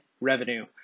revenue